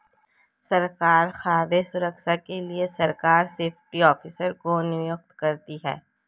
सरकार खाद्य सुरक्षा के लिए सरकार सेफ्टी ऑफिसर को नियुक्त करती है